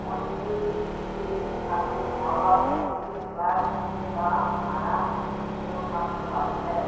অনেকে পিজিতে থাকে আবার অনেকের ফ্ল্যাট কিনে বা ভাড়া নিয়েও থাকতে পারে হ্যাঁ